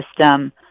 system